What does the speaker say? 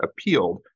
appealed